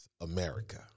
America